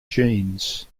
genes